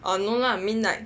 oh no lah I mean like